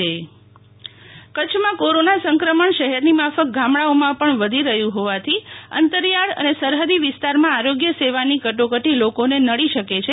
શિતલ વૈશ્નવ રાજ્યમંત્રીની અપિલ કચ્છમાં કોરોના સંક્રમણ શહેરની માફક ગામડાઓમાં પણ વધી રહ્યું હોવાથી અંતરિયાળ અને સરહદી વિસ્તારોમાં આરોગ્ય સેવાની કટોકટી લોકોને નડી શકે છે